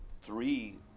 three